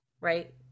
Right